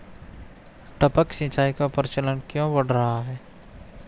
टपक सिंचाई का प्रचलन क्यों बढ़ रहा है?